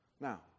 Now